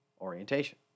orientation